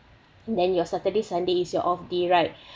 then your saturday sundays is your off day right